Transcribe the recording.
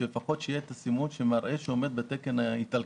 סימון שמראה שהוא עומד בתקן האיטלקי.